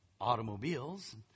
automobiles